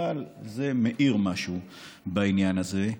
אבל זה מעיר משהו בעניין הזה.